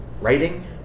writing